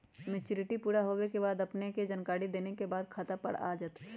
Maturity पुरा होवे के बाद अपने के जानकारी देने के बाद खाता पर पैसा आ जतई?